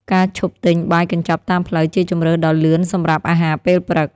ការឈប់ទិញបាយកញ្ចប់តាមផ្លូវជាជម្រើសដ៏លឿនសម្រាប់អាហារពេលព្រឹក។